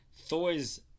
Thor's